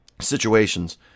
situations